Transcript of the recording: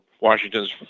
Washington's